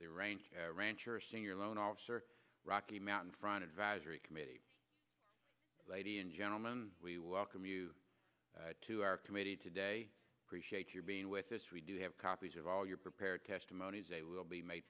they range rancher a senior loan officer rocky mountain front advisory committee lady and gentleman we welcome you to our committee today appreciate your being with us we do have copies of all your prepared testimonies a will be made